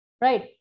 Right